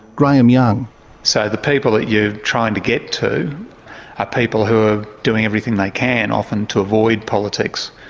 graham young so the people that you're trying to get to are people who are doing everything they can, often, to avoid politics.